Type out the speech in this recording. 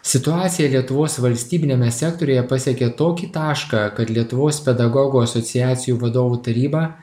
situacija lietuvos valstybiniame sektoriuje pasiekė tokį tašką kad lietuvos pedagogų asociacijų vadovų taryba